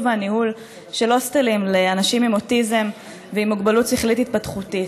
והניהול של הוסטלים לאנשים עם אוטיזם ועם מוגבלות שכלית-התפתחותית.